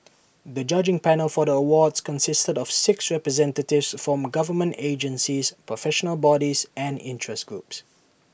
the judging panel for the awards consisted of six representatives from government agencies professional bodies and interest groups